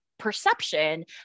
perception